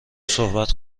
صحبت